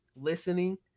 listening